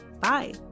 Bye